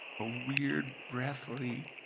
a weird breathly,